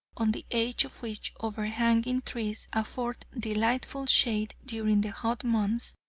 on the edge of which overhanging trees afford delightful shade during the hot months.